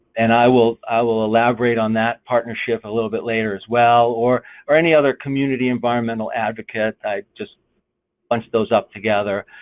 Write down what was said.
and i will i will elaborate on that partnership a little bit later as well, or or any other community environmental advocate, i just bunch those up together.